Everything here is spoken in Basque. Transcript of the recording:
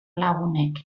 lagunek